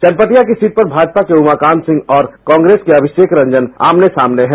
चनपटिया की सीट पर भाजपा के उमाकांत सिंह और कांग्रेस के अमिषेक रंजन आमने सामने हैं